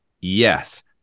Yes